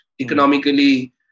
Economically